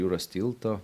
jūros tilto